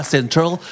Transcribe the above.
Central